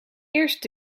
eerst